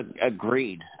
Agreed